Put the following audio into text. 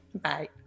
bye